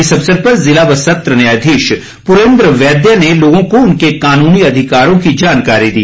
इस अवसर पर ज़िला व सत्र न्यायाधीश पुरेंद्र वैद्य ने लोगों को उनके कानूनी अधिकारों की जानकारी दी